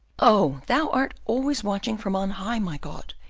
oh thou art always watching from on high, my god,